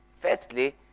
Firstly